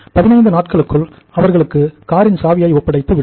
15 நாட்களுக்குள் அவர்களுக்கு காரின் சாவியை ஒப்படைத்து விடுவோம்